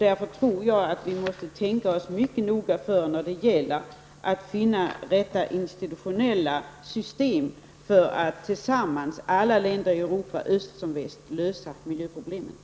Därför tror jag att vi måste tänka oss mycket noga för när det gäller att finna rätta institutionella system för att alla länder i Europa -- öst som väst -- skall kunna lösa miljöproblemen.